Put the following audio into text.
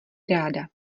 ráda